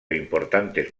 importantes